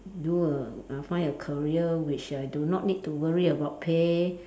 do a uh find a career which I do not need to worry about pay